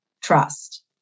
trust